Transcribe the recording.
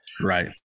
right